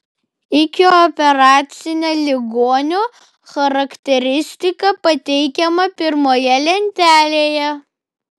ikioperacinė ligonių charakteristika pateikiama pirmoje lentelėje